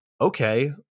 okay